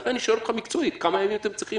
לכן אני שואל אותך מקצועית כמה ימים אתם צריכים,